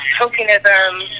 tokenism